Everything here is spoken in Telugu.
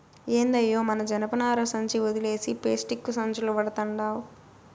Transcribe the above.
ఏందయ్యో మన జనపనార సంచి ఒదిలేసి పేస్టిక్కు సంచులు వడతండావ్